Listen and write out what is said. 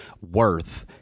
worth